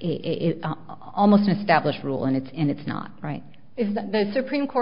he almost established rule and it's and it's not right is that the supreme court